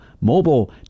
mobile